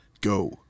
go